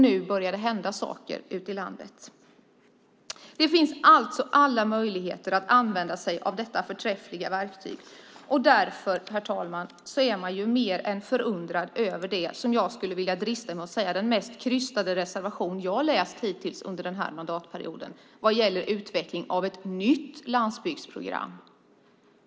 Nu börjar det hända saker ute i landet. Det finns alltså alla möjligheter att använda sig av detta förträffliga verktyg, och därför är jag, herr talman, mer än förundrad över det som jag skulle vilja drista mig till att säga är den mest krystade reservation jag hittills läst under denna mandatperiod; det gäller utveckling av ett nytt landsbygdsprogram.